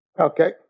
Okay